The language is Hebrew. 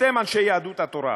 אתם, אנשי יהדות התורה,